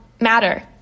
matter